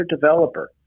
developer